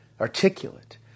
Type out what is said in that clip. articulate